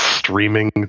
Streaming